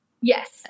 Yes